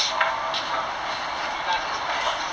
err freelance as in like what